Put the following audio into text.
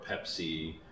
Pepsi